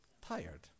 tired